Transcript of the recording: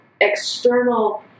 external